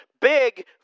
Big